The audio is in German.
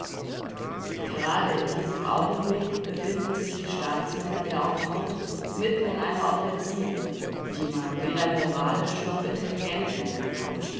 gerade in diesem augenblick befinden sich die staatsmänner der entente mitten in einer offensive die man weder moralisch noch intelligent nennen kann